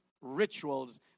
rituals